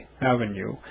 Avenue